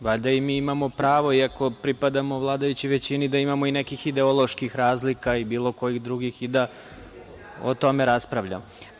Valjda i mi imamo pravo iako pripadamo vladajućoj većini da imamo i nekih ideoloških razlika i bilo kojih drugih i da o tome raspravljamo.